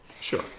Sure